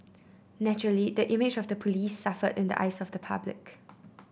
naturally the image of the police suffered in the eyes of the public